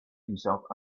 himself